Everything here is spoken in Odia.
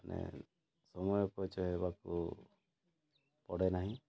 ମାନେ ସମୟ ବଞ୍ଚାଇବାକୁ ପଡ଼େ ନାହିଁ